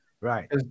Right